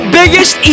biggest